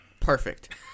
Perfect